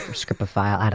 scripophile, i don't